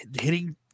hitting